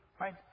Right